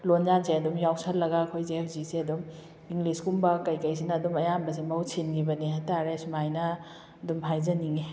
ꯂꯣꯟꯌꯥꯟꯁꯦ ꯑꯗꯨꯝ ꯌꯥꯎꯁꯜꯂꯒ ꯑꯩꯈꯣꯏꯁꯦ ꯍꯧꯖꯤꯛꯁꯦ ꯑꯗꯨꯝ ꯏꯪꯂꯤꯁꯀꯨꯝꯕ ꯀꯩꯀꯩꯁꯤꯅ ꯑꯗꯨꯝ ꯑꯌꯥꯝꯕꯁꯦ ꯃꯍꯨꯠ ꯁꯤꯡꯒꯤꯕꯅꯤ ꯍꯥꯏꯇꯥꯔꯦ ꯁꯨꯃꯥꯏꯅ ꯑꯗꯨꯝ ꯍꯥꯏꯖꯅꯤꯡꯉꯤ